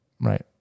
Right